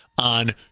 on